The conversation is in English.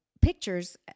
pictures